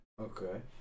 Okay